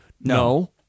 No